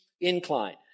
incline